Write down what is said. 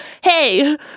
hey